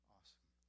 Awesome